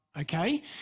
okay